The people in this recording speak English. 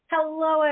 Hello